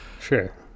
sure